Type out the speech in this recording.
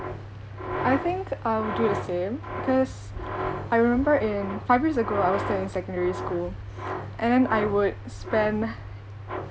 I think I would the same cause I remember in five years ago I was still in secondary school and I would spend